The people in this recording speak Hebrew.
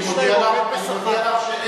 ל"שלום עכשיו" אין